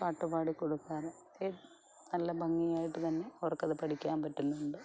പാട്ട് പാടി കൊടുക്കാറ് ഒക്കെ നല്ല ഭംഗിയായിട്ട് തന്നെ അവർക്കത് പഠിക്കാൻ പറ്റുന്നുണ്ട്